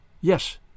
Yes